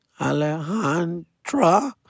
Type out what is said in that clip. Alejandra